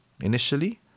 initially